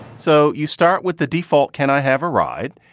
so you start with the default. can i have a ride?